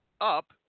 up